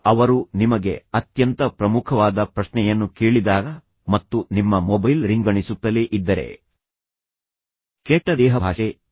ಅವರು ನಿಮಗೆ ಅತ್ಯಂತ ಪ್ರಮುಖವಾದ ಪ್ರಶ್ನೆಯನ್ನು ಕೇಳಿದಾಗ ಮತ್ತು ನಿಮ್ಮ ಮೊಬೈಲ್ ರಿಂಗಣಿಸುತ್ತಲೇ ಇದ್ದರೆ ಅತ್ಯಂತ ಕೆಟ್ಟ ದೇಹಭಾಷೆ ಇದು